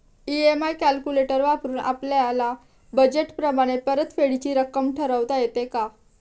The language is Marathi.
इ.एम.आय कॅलक्युलेटर वापरून आपापल्या बजेट प्रमाणे परतफेडीची रक्कम ठरवता येते का?